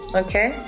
okay